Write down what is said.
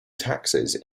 taxes